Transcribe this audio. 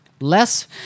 Less